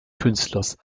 künstlers